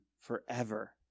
forever